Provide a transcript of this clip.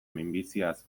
minbiziaz